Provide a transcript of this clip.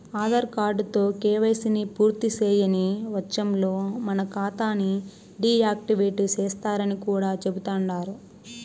ఆదార్ కార్డుతో కేవైసీని పూర్తిసేయని వచ్చంలో మన కాతాని డీ యాక్టివేటు సేస్తరని కూడా చెబుతండారు